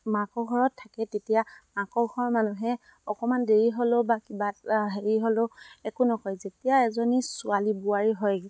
মাকৰ ঘৰত থাকে তেতিয়া মাকৰ ঘৰৰ মানুহে অকমান দেৰি হ'লেও বা কিবা হেৰি হ'লেও একো নকয় যেতিয়া এজনী ছোৱালী বোৱাৰী হয়